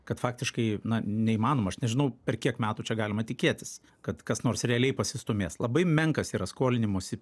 kad faktiškai na neįmanoma aš nežinau per kiek metų čia galima tikėtis kad kas nors realiai pasistūmės labai menkas yra skolinimosi